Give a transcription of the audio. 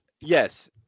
yes